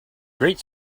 great